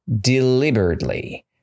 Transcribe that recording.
deliberately